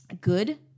good